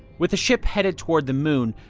with the ship headed toward the moon,